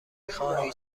خواهید